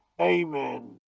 Amen